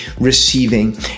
receiving